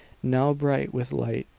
now bright with light.